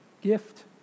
gift